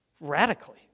radically